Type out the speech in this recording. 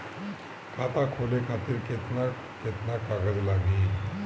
खाता खोले खातिर केतना केतना कागज लागी?